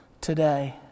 today